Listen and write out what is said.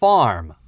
Farm